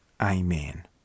Amen